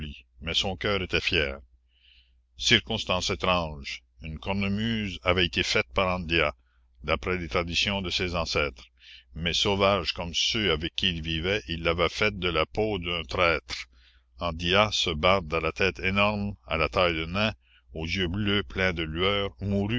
mais son cœur était fier circonstance étrange une cornemuse avait été faite par andia d'après les traditions de ses ancêtres mais sauvage comme ceux avec qui il vivait il l'avait faite de la peau d'un traître andia ce barde à la tête énorme à la taille de nain aux yeux bleus pleins de lueurs